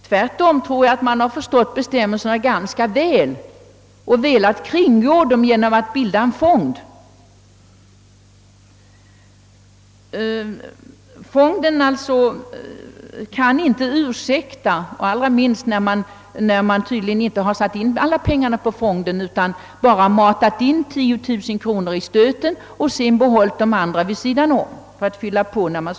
Tvärtom tror jag att man förstått bestämmelserna ganska väl och velat kringgå dem genom att bilda en fond, vilket vi alltså inte kan ursäkta, allra helst som alla pengar tydligen inte satts in i fonden. Man har bara matat in 10000 kronor i stöten och behållit resten vid sidan om för att fylla på vid behov.